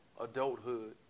adulthood